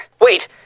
Wait